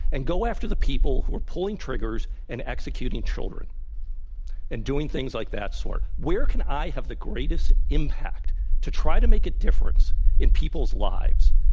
and go after the people who are pulling triggers and executing children and doing things like that sort? where can i have the greatest impact to try to make a difference in people's lives?